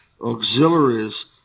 auxiliaries